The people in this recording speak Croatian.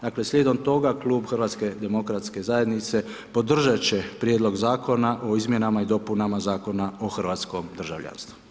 Dakle, slijedom toga Klub HDZ-a podržat će Prijedlog Zakona o izmjenama i dopunama Zakona o hrvatskom državljanstvu.